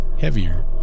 heavier